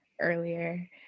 earlier